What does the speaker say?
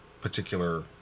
particular